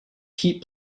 keep